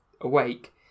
awake